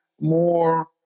more